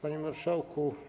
Panie Marszałku!